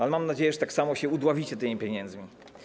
Ale mam nadzieję, że tak samo udławicie tymi pieniędzmi.